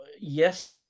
yes